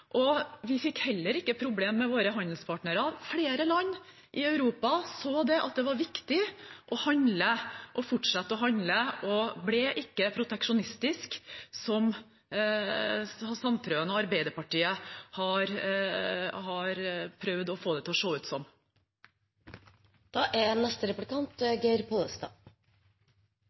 Vi fikk heller ikke problemer med våre handelspartnere. Flere land i Europa så at det var viktig å fortsette å handle, de ble ikke proteksjonistiske, noe representanten Sandtrøen og Arbeiderpartiet har prøvd å få det til å se ut som. Det er